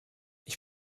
ich